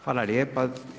Hvala lijepa.